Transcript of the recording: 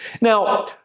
Now